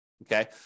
Okay